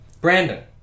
Brandon